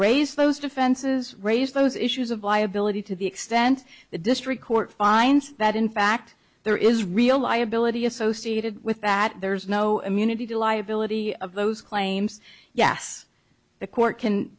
raise those defenses raise those issues of liability to the extent the district court finds that in fact there is real liability associated with that there's no immunity to liability of those claims yes the court can